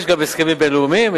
יש גם הסכמים בין-לאומיים,